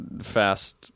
fast